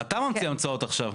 אתה ממציא המצאות עכשיו.